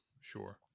Sure